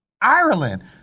Ireland